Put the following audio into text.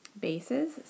bases